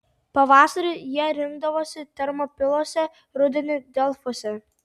pavasarį jie rinkdavosi termopiluose rudenį delfuose